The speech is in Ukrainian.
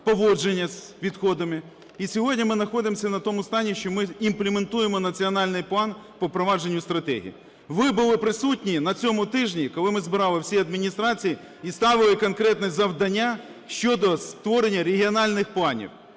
поводження з відходами. І сьогодні ми знаходимося на тому стані, що ми імплементуємо національний план по впровадженню стратегії. Ви були присутні на цьому тижні, коли ми збирали всі адміністрації і ставили конкретне завдання щодо створення регіональних планів.